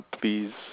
Please